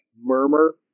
murmur